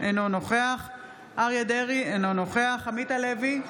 אינו נוכח אריה מכלוף דרעי, אינו נוכח עמית הלוי,